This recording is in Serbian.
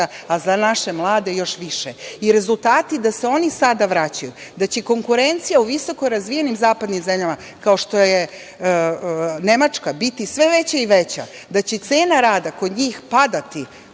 a za naše mlade još više. I rezultati da se oni sada vraćaju, da će konkurencija u visoko razvijenim zapadnim zemljama kao što je Nemačka biti sve veća, da će cena rada kod njih padati